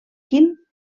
quint